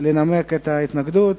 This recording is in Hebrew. (תיקון מס'